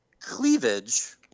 Cleavage